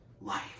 life